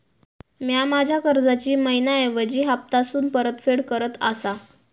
म्या माझ्या कर्जाची मैहिना ऐवजी हप्तासून परतफेड करत आसा